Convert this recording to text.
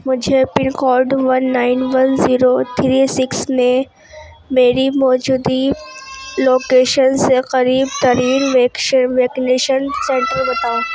مجھے pin code one nine one zero three six میں میری موجودی لوکیشن سے قریب ترین ویکنیشن سنٹر بتاؤ